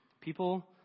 People